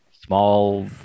Small